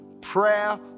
Prayer